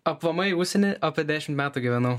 aplamai užsieny apie dešim metų gyvenau